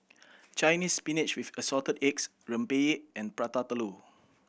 Chinese Spinach with Assorted Eggs rempeyek and Prata Telur